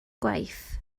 gwaith